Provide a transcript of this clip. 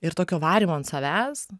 ir tokio varymo ant savęs